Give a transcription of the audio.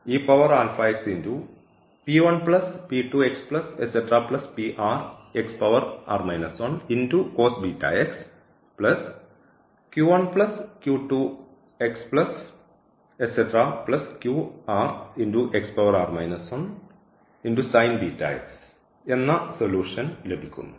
ഈ കേസിൽ എന്ന സൊല്യൂഷൻ ലഭിക്കുന്നു